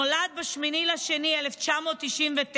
נולדתי ב-8 בפברואר 1999,